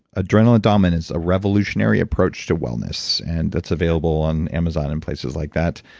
adrenaline dominance a revolutionary approach to wellness, and that's available on amazon and places like that.